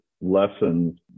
lessons